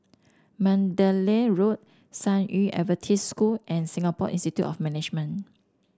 Mandalay Road San Yu Adventist School and Singapore Institute of Management